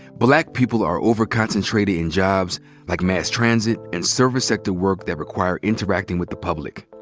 black people are over concentrated in jobs like mass transit and service-sector work that require interacting with the public.